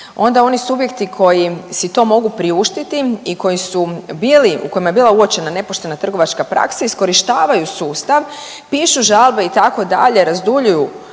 Onda oni subjekti koji si to mogu priuštiti i koji su bili, u kojima je bila uočena nepoštena trgovačka praksa, iskorištavaju sustav, pišu žalbe itd., razduljuju